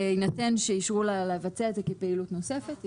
בהינתן שאישרו לבצע את זה כפעילות נוספת,